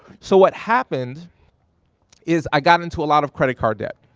so what happened is i got into a lot of credit card debt.